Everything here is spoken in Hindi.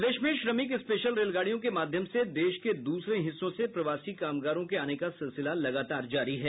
प्रदेश में श्रमिक स्पेशल रेलगाड़ियों के माध्यम से देश के दूसरे हिस्सों से प्रवासी कामगारों के आने का सिलसिला लगातार जारी है